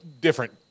different